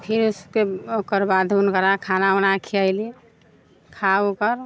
फिर उसके ओकर बाद हुनकरा खाना उना खियैली खा उके